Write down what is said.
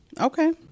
Okay